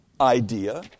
idea